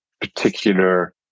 particular